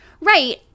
Right